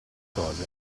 cose